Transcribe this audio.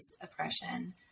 oppression